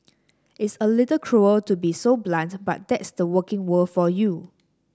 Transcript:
it's a little cruel to be so blunt but that's the working world for you